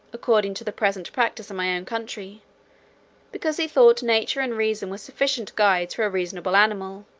according to the present practice in my own country because he thought nature and reason were sufficient guides for a reasonable animal,